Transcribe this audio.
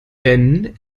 denn